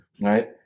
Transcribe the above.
right